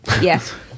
Yes